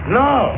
no